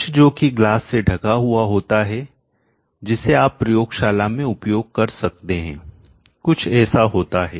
कुछ जो कि ग्लास से ढका होता है जिसे आप प्रयोगशाला में उपयोग कर सकते हैं कुछ ऐसा होता है